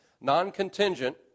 Non-contingent